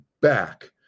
back